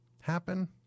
happen